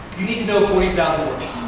you need to know forty and